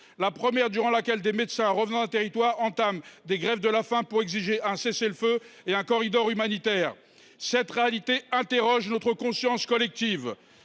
guerre moderne durant laquelle des médecins de retour du théâtre des opérations entament des grèves de la faim pour exiger un cessez le feu et un corridor humanitaire. Cette réalité interroge notre conscience collective.